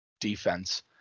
defense